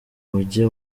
mujye